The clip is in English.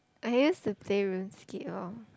I use to play Runescape lor